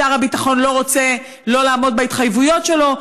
שר הביטחון לא רוצה לא לעמוד בהתחייבויות שלו,